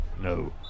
No